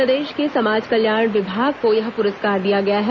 प्रदेश के समाज कल्याण विभाग को यह पुरस्कार दिया गया है